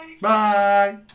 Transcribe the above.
Bye